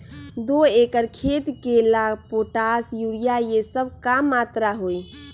दो एकर खेत के ला पोटाश, यूरिया ये सब का मात्रा होई?